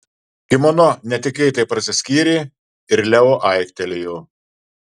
kimono netikėtai prasiskyrė ir leo aiktelėjo